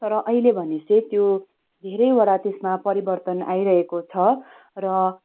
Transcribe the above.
तर अहिले भने चाहिँ त्यो धेरैवटा त्यसमा परिवर्तन आइरहेको छ र